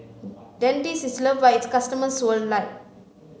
dentiste is loved by its customers worldwide